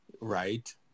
right